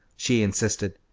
she insisted,